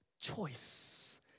choice